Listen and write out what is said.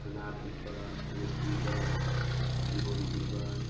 ꯁꯅꯥ ꯄꯤꯕ ꯂꯤꯛ ꯄꯤꯕ ꯐꯤꯔꯣꯟ ꯄꯤꯕ